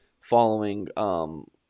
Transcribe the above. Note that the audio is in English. following –